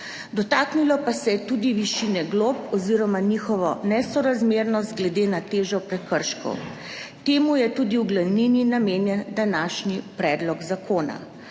dotaknilo pa se je tudi višine glob oziroma njihovo nesorazmernost glede na težo prekrškov. Temu je tudi v glavnini namenjen današnji predlog zakona.